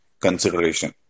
consideration